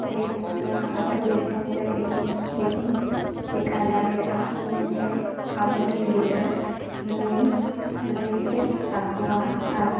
ᱪᱮ ᱱᱚᱣᱟ ᱟᱹᱛᱩ ᱫᱤᱥᱚᱢᱨᱮ ᱤᱧ ᱪᱮᱫᱤᱧ ᱪᱮᱠᱟ ᱫᱟᱲᱮᱭᱟᱜᱼᱟ ᱢᱮᱱᱛᱮ ᱟᱵᱚᱨᱮᱱ ᱜᱤᱫᱽᱨᱟᱹ ᱤᱧᱤᱧ ᱞᱟᱹᱭ ᱪᱮᱫ ᱟᱠᱚᱣᱟ ᱟᱨ